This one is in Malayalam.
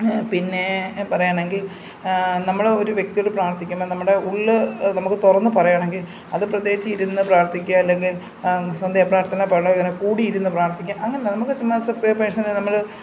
പിന്നെ പറയുകയാണെങ്കിൽ നമ്മൾ ഒരു വ്യക്തിയോട് പ്രാർത്ഥിക്കുമ്പം നമ്മുടെ ഉള്ള് നമുക്ക് തുറന്ന് പറയണമെങ്കിൽ അത് പ്രത്യേകിച്ച് ഇരുന്ന് പ്രാർത്ഥിക്കുക അല്ലെങ്കിൽ സന്ധ്യാപ്രാർത്ഥനപോലെ ഇങ്ങനെ കൂടിയിരുന്ന് പ്രാർത്ഥിക്കുക അങ്ങനെയല്ല നമുക്ക് ചുമ്മാ പേഴ്സണലി നമ്മൾ